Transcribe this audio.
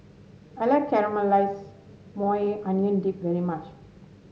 I like Caramelized Maui Onion Dip very much